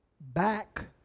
back